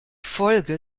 folge